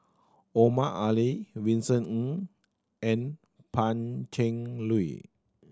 Omar Ali Vincent Ng and Pan Cheng Lui